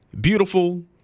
Beautiful